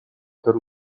per